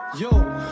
Yo